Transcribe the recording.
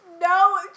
No